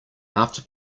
after